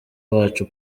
wacu